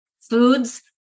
foods